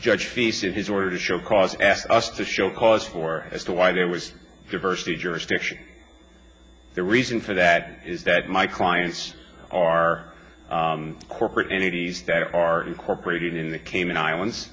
judge faeces his order to show cause asked us to show cause for as to why there was diversity jurisdiction the reason for that is that my clients are corporate entities that are incorporated in the cayman islands